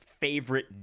favorite